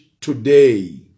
today